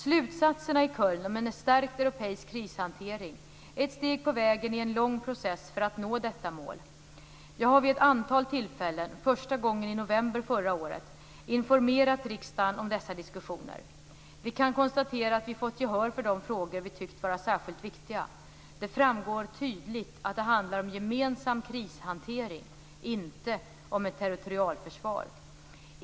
Slutsatserna i Köln om en stärkt europeisk krishantering är ett steg på vägen i en lång process för att nå detta mål. Jag har vid ett antal tillfällen, första gången i november förra året, informerat riksdagen om dessa diskussioner. Vi kan konstatera att vi fått gehör för de frågor vi tyckt vara särskilt viktiga. Det framgår tydligt att det handlar om gemensam krishantering - inte om ett territorialförsvar.